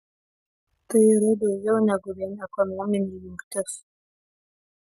tai yra daugiau negu vien ekonominė jungtis